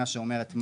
אצלו.